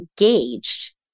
engaged